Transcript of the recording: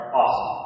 awesome